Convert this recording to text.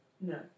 No